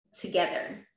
together